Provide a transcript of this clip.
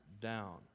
down